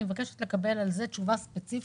אני מבקשת לקבל על זה תשובה ספציפית,